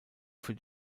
für